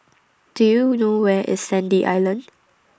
Do YOU know Where IS Sandy Island